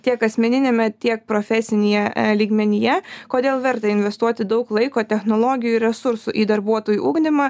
tiek asmeniniame tiek profesinyje lygmenyje kodėl verta investuoti daug laiko technologijų resursų į darbuotojų ugdymą